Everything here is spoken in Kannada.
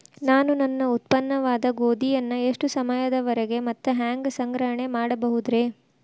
ನಾನು ನನ್ನ ಉತ್ಪನ್ನವಾದ ಗೋಧಿಯನ್ನ ಎಷ್ಟು ಸಮಯದವರೆಗೆ ಮತ್ತ ಹ್ಯಾಂಗ ಸಂಗ್ರಹಣೆ ಮಾಡಬಹುದುರೇ?